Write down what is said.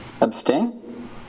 Abstain